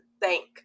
thank